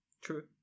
True